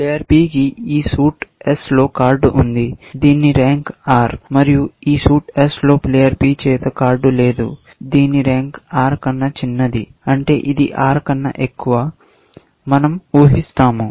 player P కి ఈ suit S లో కార్డ్ ఉంది దీని ర్యాంక్ ఆర్ మరియు ఈ సూట్ S లో ప్లేయర్ P చేత కార్డు లేదు దీని ర్యాంక్ R కన్నా చిన్నది అంటే ఇది R కన్నా ఎక్కువ మనం ఉహిస్తాము